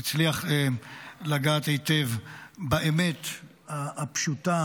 הוא הצליח לגעת היטב באמת הפשוטה,